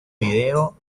video